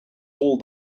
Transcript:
all